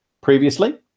previously